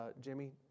Jimmy